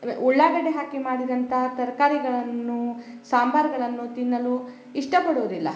ಉಳ್ಳಾಗಡ್ಡೆ ಹಾಕಿ ಮಾಡಿದಂತ ತರಕಾರಿಗಳನ್ನು ಸಾಂಬಾರುಗಳನ್ನು ತಿನ್ನಲು ಇಷ್ಟಪಡುವುದಿಲ್ಲ